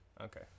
Okay